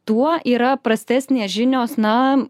tuo yra prastesnės žinios na